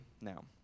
now